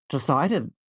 decided